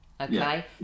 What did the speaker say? Okay